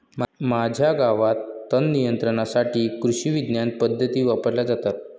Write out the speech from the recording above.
माझ्या गावात तणनियंत्रणासाठी कृषिविज्ञान पद्धती वापरल्या जातात